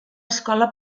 escola